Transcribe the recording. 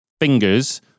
fingers